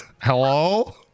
hello